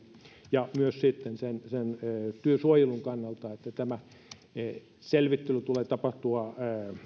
ja myös työsuojelun kannalta että selvittelyn tulee tapahtua